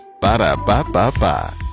Ba-da-ba-ba-ba